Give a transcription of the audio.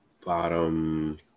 Bottom